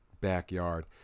backyard